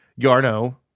Yarno